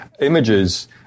images